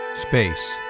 Space